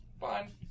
Fine